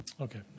Okay